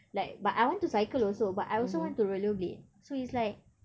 like but I want to cycle also but I also want to roller blade so it's like